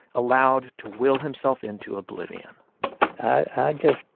allowed to will himself into oblivion i just